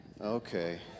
okay